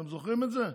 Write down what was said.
אתם זוכרים את זה?